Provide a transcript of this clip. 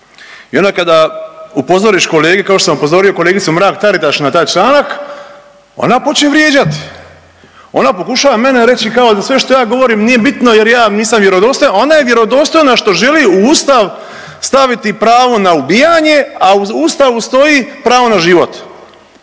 I onda kada upozoriš kolege kao što sam upozorio kolegicu Mrak Taritaš na taj članak ona počne vrijeđati. Ona pokušava mene reći kao da sve što ja govorim nije bitno jer ja nisam vjerodostojan, a ona je vjerodostojna što želi u Ustav staviti pravo na ubijanje, a u Ustavu stoji pravo na život.